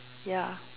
ya